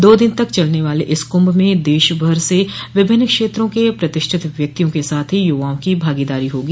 दो दिन तक चलने वाले इस कुंभ में देश भर से विभिन्न क्षेत्रों के प्रतिष्ठित व्यक्तियों के साथ ही युवाओं की भागीदारी होगी